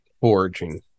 Foraging